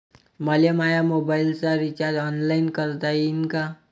मले माया मोबाईलचा रिचार्ज ऑनलाईन करता येईन का?